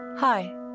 hi